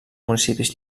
municipis